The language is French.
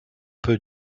peu